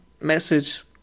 message